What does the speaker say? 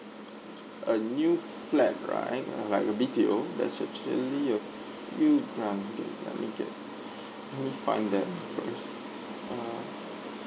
a new flat right uh like B_T_O there's actually a few grant okay let me get let me find that first ah